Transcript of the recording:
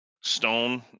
Stone